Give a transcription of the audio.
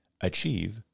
achieve